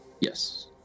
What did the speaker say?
Yes